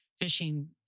Fishing